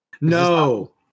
No